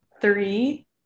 three